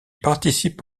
participe